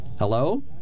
Hello